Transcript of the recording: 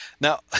now